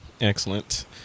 Excellent